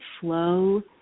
flow